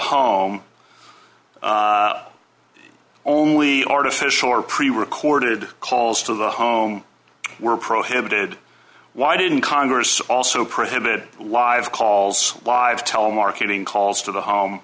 home only artificial or pre recorded calls to the home were prohibited why didn't congress also prohibit live calls live telemarketing calls to the home